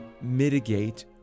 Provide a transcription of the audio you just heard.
mitigate